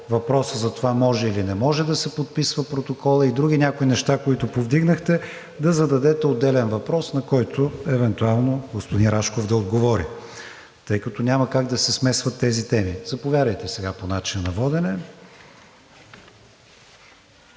въпроса за това може или не може да се подписва протокола и други някои неща, които повдигнахте, да зададете отделен въпрос, на който, евентуално, господин Рашков да отговори, тъй като няма как да се смесват тези теми. Заповядайте сега по начина на водене.